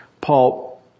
Paul